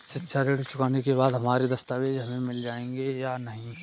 शिक्षा ऋण चुकाने के बाद हमारे दस्तावेज हमें मिल जाएंगे या नहीं?